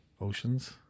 Oceans